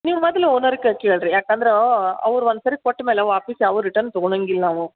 ನೀವು ಮೊದ್ಲು ಓನರ್ ಕೈಲ್ಲಿ ಕೇಳಿರಿ ಯಾಕಂದ್ರೆ ಅವ್ರು ಒಂದು ಸಾರಿ ಕೊಟ್ಟ ಮೇಲೆ ವಾಪಸ್ ಯಾವೂ ರಿಟರ್ನ್ ತೊಗೊಣೊಂಗಿಲ್ಲ ನಾವು